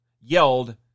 yelled